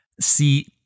See